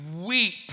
weep